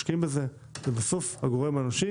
משקיעים בזה אבל בסוף זה הגורם האנושי